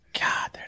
God